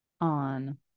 on